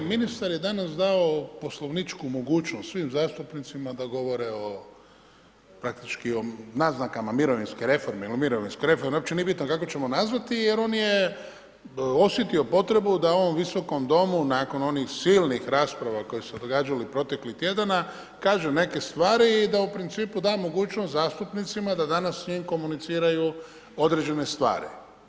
Ministar je danas dao poslovničku mogućnost svim zastupnicima da govore o praktički o naznakama mirovinske reforme ili mirovinske reforme, uopće nije bitno kako ćemo nazvati jer on je osjetio potrebu da u ovom Visokom domu nakon onih silnih rasprava koje su se događali proteklih tjedana kaže neke stvari i da u principu da mogućnost zastupnicima da danas s njim komuniciraju određene stvari.